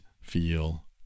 feel